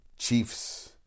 Chiefs